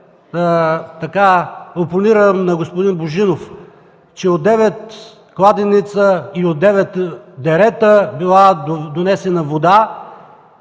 ще опонирам на господин Божинов, че от девет кладенеца и от девет дерета била донесена вода,